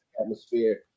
atmosphere